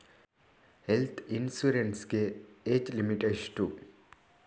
Health insurance ಗೆ age limit ಎಷ್ಟು?